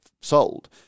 sold